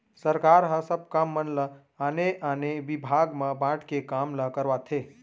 सरकार ह सब काम मन ल आने आने बिभाग म बांट के काम ल करवाथे